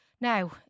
Now